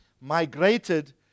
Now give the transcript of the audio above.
migrated